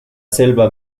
selva